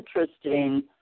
interesting